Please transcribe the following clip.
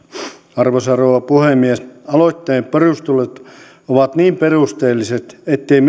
arvoisa rouva puhemies aloitteen perustelut ovat niin perusteelliset ettei